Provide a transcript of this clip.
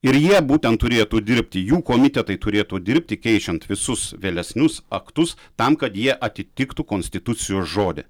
ir jie būtent turėtų dirbti jų komitetai turėtų dirbti keičiant visus vėlesnius aktus tam kad jie atitiktų konstitucijos žodį